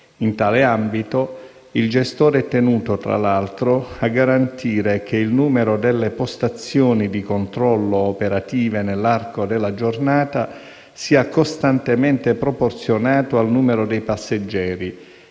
In tale ambito, il gestore è tenuto, tra l'altro, a garantire che il numero delle postazioni di controllo operative nell'arco della giornata sia costantemente proporzionato al numero dei passeggeri